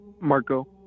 Marco